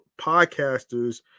Podcasters